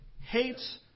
hates